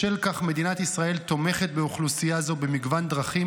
בשל כך מדינת ישראל תומכת באוכלוסייה זו במגוון דרכים,